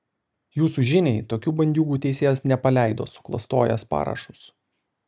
jūsų žiniai tokių bandiūgų teisėjas nepaleido suklastojęs parašus